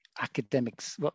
academics